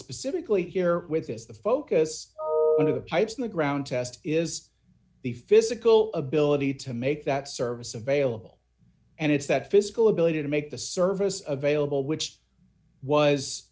specifically here with is the focus d of types in the ground test is the physical ability to make that service available and it's that physical ability to make the service available which was